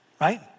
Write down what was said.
right